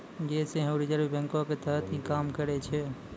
यें सेहो रिजर्व बैंको के तहत ही काम करै छै